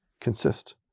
consist